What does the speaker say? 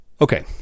Okay